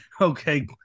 Okay